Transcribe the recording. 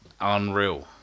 unreal